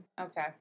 Okay